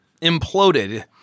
imploded